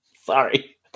Sorry